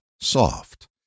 soft